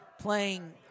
playing